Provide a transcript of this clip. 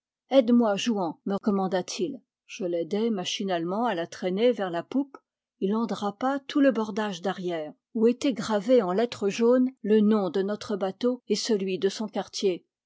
aide-moi jouan me commanda-t-il je l'aidai machinalement à la traîner vers la poupe il en drapa tout le bordage d'arrière où était gravé en lettres jaunes le nom de notre bateau et celui de son quartier